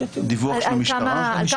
דיווח של המשטרה זה?